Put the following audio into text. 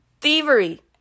Thievery